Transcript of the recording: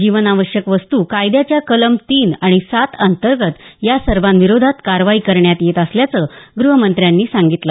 जीवनावश्यक वस्तू कायद्याच्या कलम तीन आणि सात अंतर्गत या सर्वांविरोधात कारवाई करण्यात येत असल्याचं ग्रहमंत्र्यांनी सांगितलं